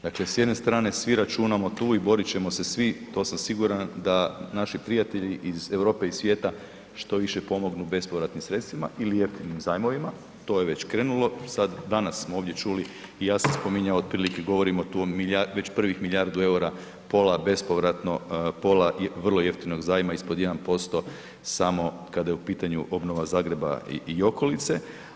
Dakle, s jedne strane svi računamo tu i borit ćemo se svi, to sam siguran da naši prijatelji iz Europe i svijeta što više pomognu bespovratnim sredstvima ili jeftinim zajmovima, to je već krenulo, sad, danas smo ovdje čuli i ja sam spominjao otprilike govorimo tu, već prvih milijardu EUR-a pola bespovratno, pola vrlo jeftinog zajma ispod 1% samo kada je u pitanju obnova Zagreba i okolice.